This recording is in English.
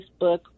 facebook